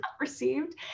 received